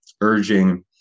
urging